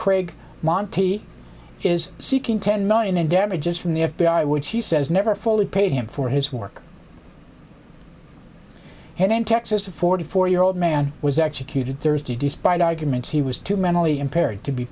craig monti is seeking ten million in damages from the f b i which he says never fully paid him for his work and in texas a forty four year old man was executed thursday despite arguments he was too mentally impaired to be